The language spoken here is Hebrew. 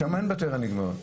שם אין בטרייה נגמרה.